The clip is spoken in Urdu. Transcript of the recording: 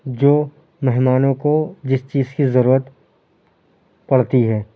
جو مہمانوں کو جس چیز کی ضرورت پڑتی ہے